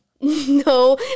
no